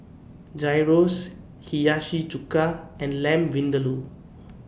Gyros Hiyashi Chuka and Lamb Vindaloo